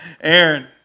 Aaron